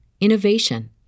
innovation